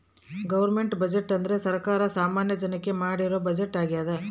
government budget ಅಂದ್ರೆ ಸರ್ಕಾರ ಸಾಮಾನ್ಯ ಜನಕ್ಕೆ ಮಾಡಿರೋ ಬಜೆಟ್ ಆಗ್ಯದ